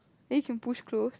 then you can push close